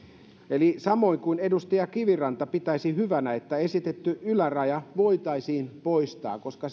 eli samoin kuin mitä edustaja kiviranta pitäisi hyvänä että esitetty yläraja voitaisiin poistaa koska